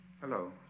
Hello